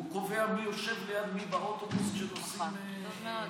הוא קובע מי יושב ליד מי באוטובוס כשנוסעים לטיול,